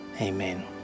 Amen